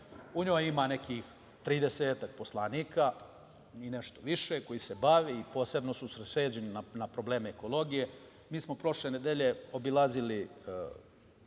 U njoj ima nekih tridesetak poslanika i nešto više, koji se bave i posebno su usredsređeni na probleme ekologije. Mi smo prošle nedelje obilazili